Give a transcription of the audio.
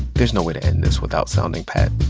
there's no way to end this without sounding pat